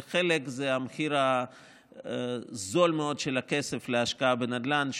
וחלק זה המחיר הנמוך מאוד של הכסף להשקעה בנדל"ן,